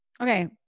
Okay